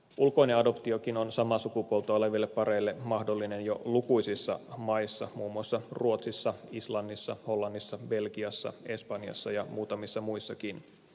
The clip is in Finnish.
ulkoinen adoptiokin on samaa sukupuolta oleville pareille mahdollinen jo lukuisissa maissa muun muassa ruotsissa islannissa hollannissa belgiassa espanjassa ja muutamissa muissakin